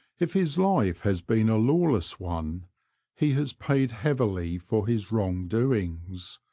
if his life has been a lawless one he has paid heavily for his wrong doings.